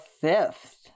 fifth